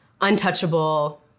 untouchable